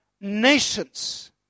Nations